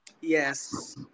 Yes